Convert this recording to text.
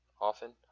often